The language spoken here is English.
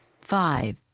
five